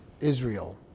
Israel